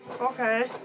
Okay